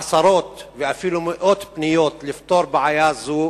עשרות ואפילו מאות פניות לפתור בעיה זאת,